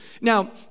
Now